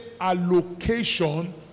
allocation